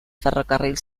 ferrocarril